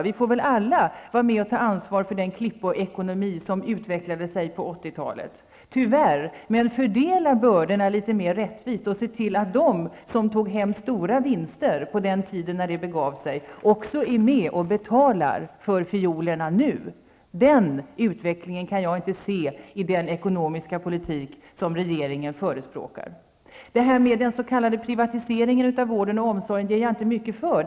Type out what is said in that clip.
Vi får väl allihop lov att vara med och ta ansvar för den klippekonomi som utvecklades på 80-talet. Tyvärr! Men fördela då bördorna litet mer rättvisst och se till att de som tog hem stora vinster på den tid när det begav sig också nu är med och betalar för fiolerna! Den utvecklingen kan jag inte se i den ekonomiska politik som regeringen förespråkar. Den s.k. privatiseringen av vården och omsorgen ger jag inte mycket för.